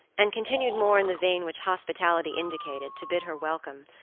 and continued more in the vein which hospitality indicated, to bid her welcome,